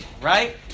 right